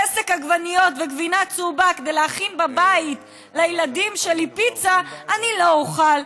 רסק עגבניות וגבינה צהובה כדי להכין בבית לילדים שלי פיצה אני לא אוכל.